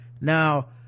now